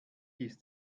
ist